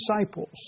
disciples